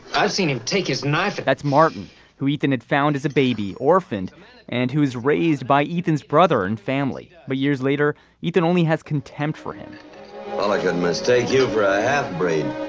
i've seen him take his knife that's martin who ethan had found as a baby orphaned and who was raised by ethan's brother and family. but years later ethan only has contempt for him well i can't mistake you for a half breed.